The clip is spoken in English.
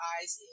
Eyes